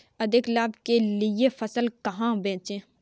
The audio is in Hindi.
अधिक लाभ के लिए फसल कहाँ बेचें?